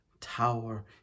tower